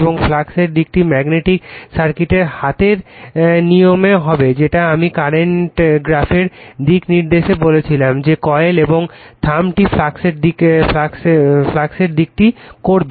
এবং ফ্লাক্সের দিকটি ম্যাগনেটিক সার্কিটের হাতের নিয়মে হবে যেটা আমি কারেন্ট গ্রাফের দিকনির্দেশে বলেছিলাম যে কয়েল এবং থাম্বটি ফ্লাক্সের দিকটি করবে